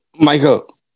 Michael